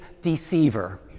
deceiver